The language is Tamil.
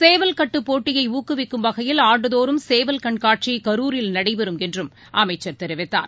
சேவல் கட்டுபோட்டியைஊக்குவிக்கும் வகையில் ஆண்டுதோறும் சேவல் கண்காட்சிகரூரில் நடைபெறும் என்றும் அமைச்சர் தெரிவித்தார்